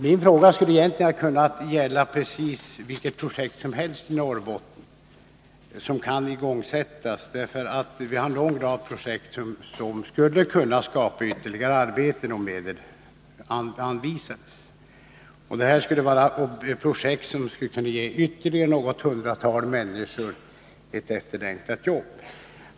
Min fråga skulle egentligen ha kunnat gälla precis vilket projekt som helst som kan igångsättas i Norrbotten, därför att vi har en lång rad projekt som skulle kunna skapa ytterligare arbeten om medel anvisades. Det är projekt som skulle kunna ge ytterligare något hundratal människor ett efterlängtat jobb.